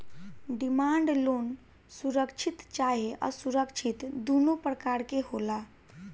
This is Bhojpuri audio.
डिमांड लोन सुरक्षित चाहे असुरक्षित दुनो प्रकार के होला